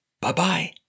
Bye-bye